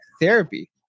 therapy